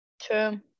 True